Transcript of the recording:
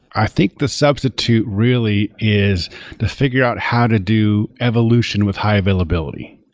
i think the substitute really is to figure out how to do evolution with high availability.